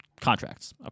contracts